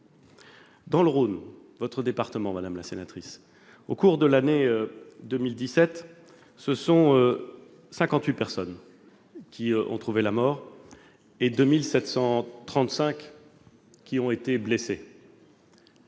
Dans le Rhône, votre département, madame la sénatrice, au cours de l'année 2017, quelque 58 personnes ont trouvé la mort et 2 735 ont été blessées.